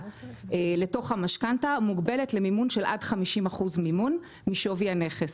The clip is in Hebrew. לתוך המשכנתה מוגבלת למימון של עד 50% מימון משווי הנכס.